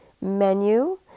menu